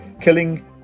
killing